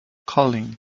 colin